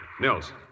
Nils